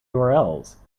urls